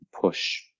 push